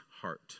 heart